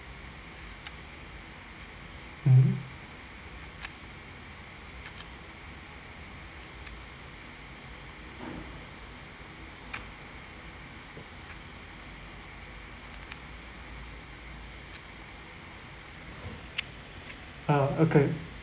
mmhmm ah okay